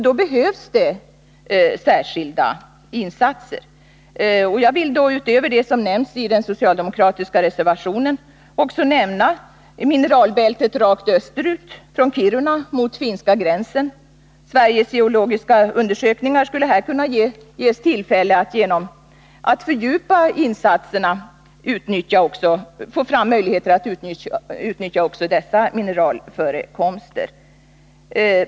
Då behövs det särskilda insatser, och jag vill utöver det som anförs i den socialdemokratiska reservationen också nämna mineralbältet rakt österut från Kiruna mot finska gränsen. Sveriges geologiska undersökning borde här ges tillfälle att fördjupa insatserna för att få fram möjligheter att utnyttja också dessa mineralförekomster.